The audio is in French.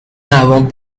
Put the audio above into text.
n’avons